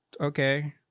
okay